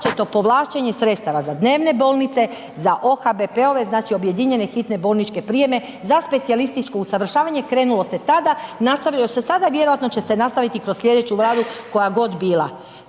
započeto povlačenje sredstava za dnevne bolnice, za OHBP-ove, znači objedinjene hitne bolničke prijeme, za specijalističko usavršavanje, krenulo se tada, nastavilo se sada i vjerojatno će se nastaviti kroz slijedeću Vladu koja god bila.